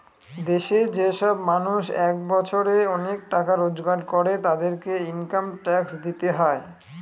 দেশে যে সব মানুষ এক বছরে অনেক টাকা রোজগার করে, তাদেরকে ইনকাম ট্যাক্স দিতে হয়